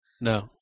No